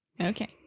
Okay